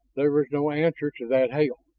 there was no answer to that hail.